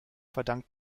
verdankt